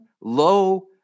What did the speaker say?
low